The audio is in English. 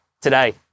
today